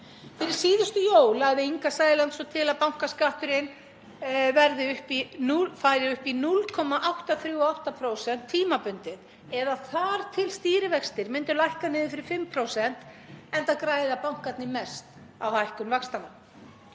Fyrir síðustu jól lagði Inga Sæland svo til að bankaskatturinn færi upp í 0,838% tímabundið eða þar til stýrivextir myndu lækka niður fyrir 5%, enda græða bankarnir mest á hækkun vaxtanna.